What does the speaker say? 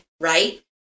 right